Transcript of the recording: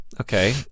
Okay